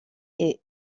est